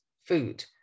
food